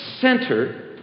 center